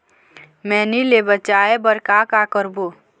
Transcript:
मैनी ले बचाए बर का का करबो?